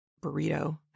burrito